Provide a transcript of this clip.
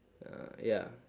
uh ya